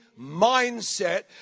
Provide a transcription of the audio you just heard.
mindset